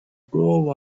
globe